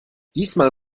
diesmal